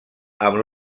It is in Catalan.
amb